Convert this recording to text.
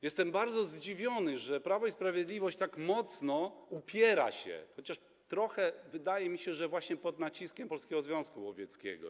Jestem bardzo zdziwiony, że Prawo i Sprawiedliwość tak mocno upiera się, chociaż wydaje mi się, że trochę pod naciskiem Polskiego Związku Łowieckiego.